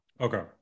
Okay